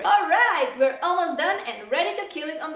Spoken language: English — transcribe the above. alright, we are almost done and ready to kill it on the